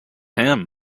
him